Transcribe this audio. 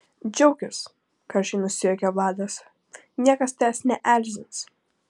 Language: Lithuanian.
džiaukis karčiai nusijuokia vladas niekas tavęs neerzins